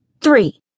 three